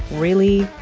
really?